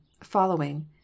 following